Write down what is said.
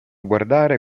guardare